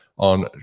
on